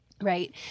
Right